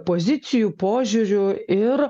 pozicijų požiūriu ir